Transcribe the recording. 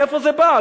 מאיפה זה בא,